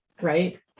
right